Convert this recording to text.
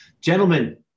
Gentlemen